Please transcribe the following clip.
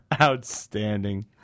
Outstanding